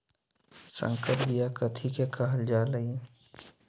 संकर बिया कथि के कहल जा लई?